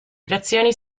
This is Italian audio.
creazioni